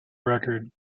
record